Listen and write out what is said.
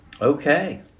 okay